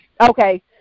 Okay